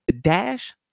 dash